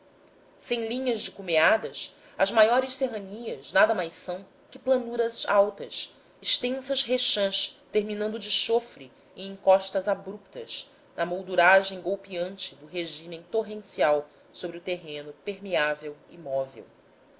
sem linhas de cumeadas as maiores serranias nada mais são que planuras altas extensas rechãs terminando de chofre em encostas abruptas na molduragem golpeante do regime torrencial sobre o terreno permeável e móvel